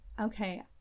okay